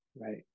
right